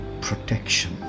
protection